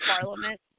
Parliament